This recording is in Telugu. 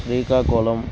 శ్రీకాకుళం